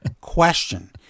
question